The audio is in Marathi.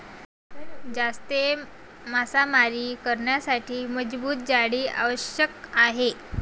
जास्त मासेमारी करण्यासाठी मजबूत जाळी आवश्यक आहे